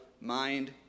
mind